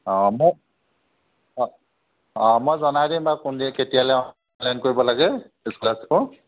অঁ মই অঁ অঁ মই জনাই দিম বাৰু কোনে কেতিয়ালৈ অনলাইন কৰিব লাগে স্কলাৰশ্বিপৰ